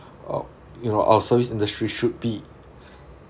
uh you know our service industry should be